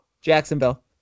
Jacksonville